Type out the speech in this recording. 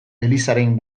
elizaren